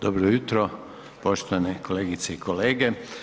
Dobro jutro, poštovane kolegice i kolege.